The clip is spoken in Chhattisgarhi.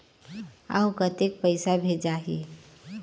अउ कतेक पइसा भेजाही?